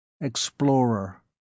Explorer